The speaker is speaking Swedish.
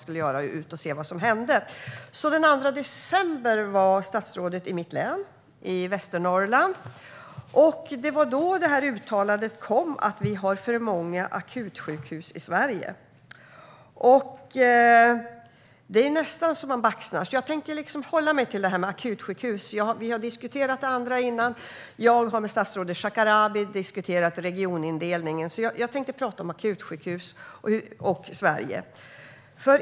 Den 2 december var statsrådet i mitt län, i Västernorrland. Då kom uttalandet om att vi har för många akutsjukhus i Sverige. Det är nästan så att man baxnar. Jag tänker därför hålla mig till att diskutera akutsjukhusen. Vi har diskuterat det andra tidigare. Jag har diskuterat regionindelningen med statsrådet Shekarabi. Jag tänker därför tala om akutsjukhus och Sverige.